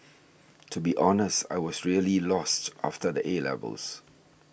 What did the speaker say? to be honest I was really lost after the 'A' levels